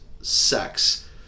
sex